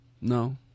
No